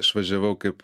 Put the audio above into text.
aš važiavau kaip